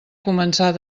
començar